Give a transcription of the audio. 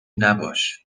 نباش